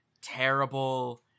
terrible